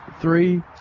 three